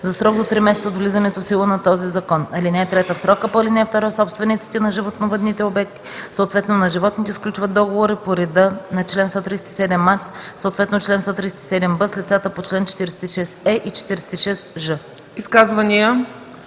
за срок до 3 месеца от влизането в сила на този закон. (3) В срока по ал. 2 собствениците на животновъдните обекти, съответно на животните сключват договори по реда на чл. 137а, съответно чл. 137б с лицата по чл. 46е и 46ж.”